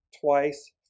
twice